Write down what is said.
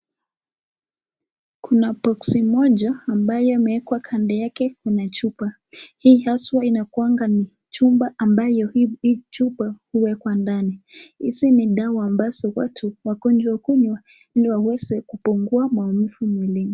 Kuna boksi moja ambayo imewekwa kando yake kuna chupa. Hii haswa inakuanga ni chumba ambayo hii chupa huwekwa ndani. Hizi ni dawa ambazo watu wagonjwa hukunywa ili waweze kupungua maumivu mwilini.